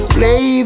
Play